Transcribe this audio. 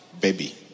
baby